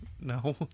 No